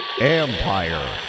Empire